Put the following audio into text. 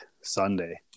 Sunday